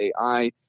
AI